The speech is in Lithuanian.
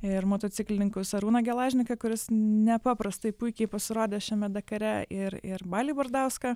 ir motociklininkus arūną gelažniką kuris nepaprastai puikiai pasirodė šiame dakare ir ir balį bardauską